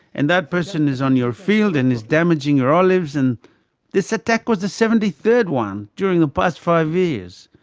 and that person is on your field and is damaging your olives, and this attack was the seventy third one during the past five years.